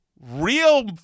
real